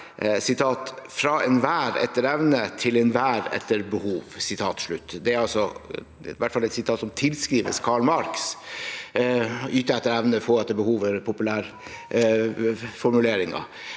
«Fra enhver etter evne, til enhver etter behov.» Det er et sitat som iallfall tilskrives Karl Marx. Yte etter evne, få etter behov, er den populære formuleringen.